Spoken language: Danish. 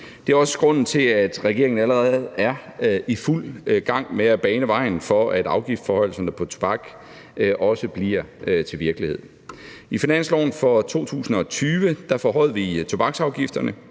Det er også grunden til, at regeringen allerede er i fuld gang med at bane vejen for, at afgiftsforhøjelsen på tobak også bliver til virkelighed. I finansloven for 2020 forhøjede vi tobaksafgifterne,